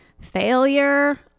failure